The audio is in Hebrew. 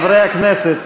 בבקשה,